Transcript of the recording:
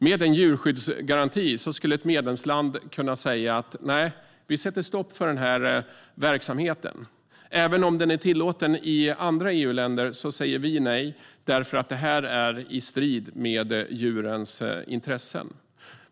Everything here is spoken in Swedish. Med en djurskyddsgaranti skulle ett medlemsland kunna säga: Nej, vi sätter stopp för den här verksamheten - även om den är tillåten i andra EU-länder säger vi nej, för detta är i strid med djurens intressen.